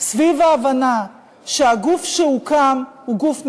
סביב ההבנה שהגוף שהוקם הוא גוף נדרש.